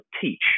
teach